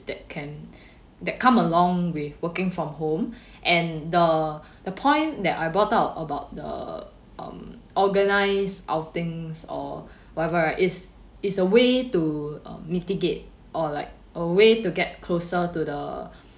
that can that come along with working from home and the the point that I brought out about the um organises outings or whatever is is a way to um mitigate or like a way to get closer to the